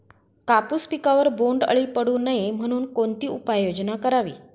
कापूस पिकावर बोंडअळी पडू नये म्हणून कोणती उपाययोजना करावी?